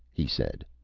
he said.